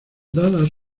dada